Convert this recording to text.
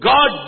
God